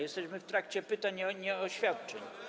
Jesteśmy w trakcie pytań, a nie oświadczeń.